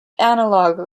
analogue